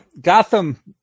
Gotham